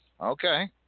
okay